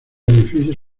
edificios